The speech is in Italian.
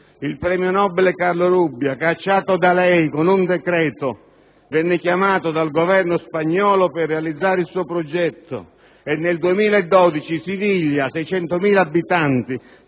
Il premio Nobel Carlo Rubbia, cacciato da lei con un decreto, venne chiamato dal Governo spagnolo per realizzare il suo progetto e nel 2012 Siviglia, 600.000 abitanti,